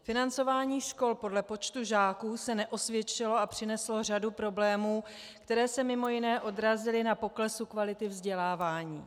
Financování škol podle počtu žáků se neosvědčilo a přineslo řadu problémů, které se mimo jiné odrazily na poklesu kvality vzdělávání.